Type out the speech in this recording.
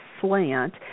slant